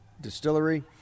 distillery